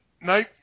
Night